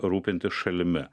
rūpintis šalimi